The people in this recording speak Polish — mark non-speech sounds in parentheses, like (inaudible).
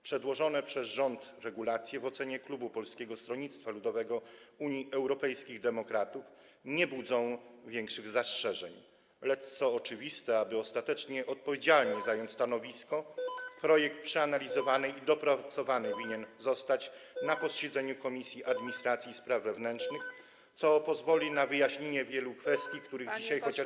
Przedłożone przez rząd regulacje w ocenie klubu Polskiego Stronnictwa Ludowego - Unii Europejskich Demokratów nie budzą większych zastrzeżeń, lecz - co oczywiste - aby ostatecznie odpowiedzialnie (noise) zająć stanowisko, projekt powinien zostać przeanalizowany i dopracowany na posiedzeniu Komisji Administracji i Spraw Wewnętrznych, co pozwoli na wyjaśnienie wielu kwestii, których dzisiaj chociażby.